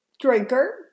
Drinker